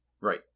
Right